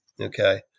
okay